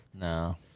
No